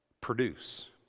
produce